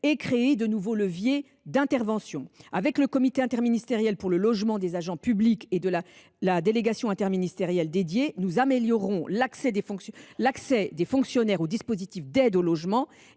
de créer de nouveaux leviers d’intervention. Avec le comité interministériel pour le logement des agents publics (Cilap) et la délégation interministérielle dédiée, nous améliorons l’accès des fonctionnaires aux dispositifs d’aide au logement